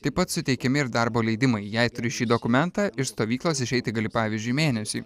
taip pat suteikiami ir darbo leidimai jei turi šį dokumentą iš stovyklos išeiti gali pavyzdžiui mėnesį